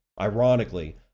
Ironically